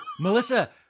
Melissa